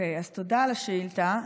תודה על השאילתה.